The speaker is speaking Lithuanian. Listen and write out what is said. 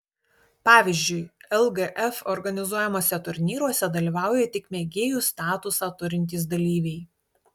pavyzdžiui lgf organizuojamuose turnyruose dalyvauja tik mėgėjų statusą turintys dalyviai